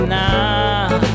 now